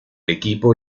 equipo